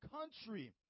country